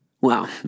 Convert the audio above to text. Wow